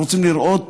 אנחנו רוצים לראות,